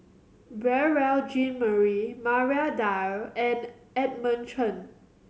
Beurel Jean Marie Maria Dyer and Edmund Chen